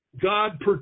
God